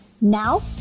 Now